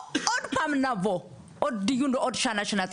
או עוד פעם נבוא, עוד דיון, עוד שנה, שנתיים.